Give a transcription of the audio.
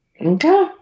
Okay